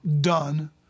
done